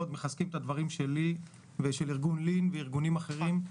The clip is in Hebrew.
מחזקים את הדברים של לי ושל ארגון לי"ן וארגונים אחרים.